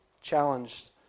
challenged